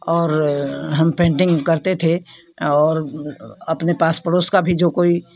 और हम पेंटिंग करते थे और अपने पास पड़ोस का भी जो कोई